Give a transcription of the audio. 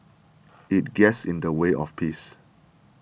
it gets in the way of peace